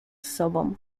sobą